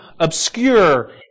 obscure